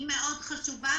היא מאוד חשובה.